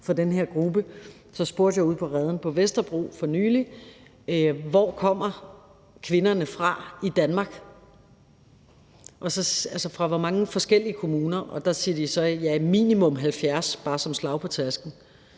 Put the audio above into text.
til den her gruppe. Jeg spurgte ude på Reden på Vesterbro for nylig: Hvor i Danmark kommer kvinderne fra, altså fra hvor mange forskellige kommuner? Der sagde de så: Ja, minimum 70, bare som et slag på tasken.